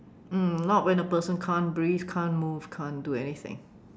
um not when a person can't breathe can't move can't do anything